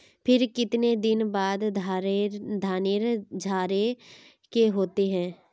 फिर केते दिन बाद धानेर झाड़े के होते?